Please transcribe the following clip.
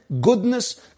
goodness